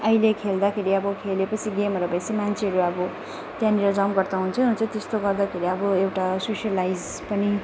अहिले खेल्दाखेरि अब खेलेपछि गेमहरू भएपछि मान्छेहरू अब त्यहाँनिर जमघट त हुन्छै हुन्छ त्यस्तो गर्दाखेरि अब एउटा सोसलाइज पनि